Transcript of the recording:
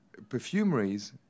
perfumeries